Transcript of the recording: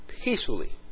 peacefully